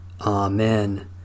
Amen